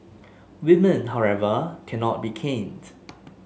women however cannot be caned